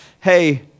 hey